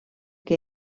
que